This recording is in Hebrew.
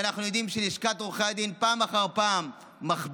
כשאנחנו יודעים שלשכת עורכי הדין פעם אחר פעם מכבידה,